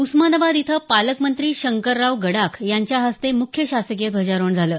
उस्मानाबाद इथं पालकमंत्री शंकरराव गडाख यांच्या हस्ते मुख्य शासकीय ध्वजारोहण झाले